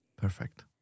Perfect